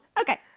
Okay